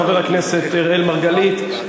חבר הכנסת אראל מרגלית,